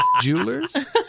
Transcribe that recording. Jewelers